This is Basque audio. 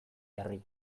jarri